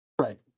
Right